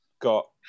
got